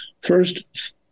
First